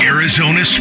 Arizona